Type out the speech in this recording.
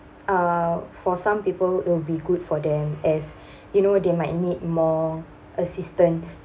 uh for some people it will be good for them as you know they might need more assistance